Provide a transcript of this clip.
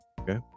Okay